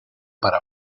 para